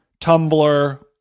Tumblr